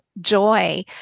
joy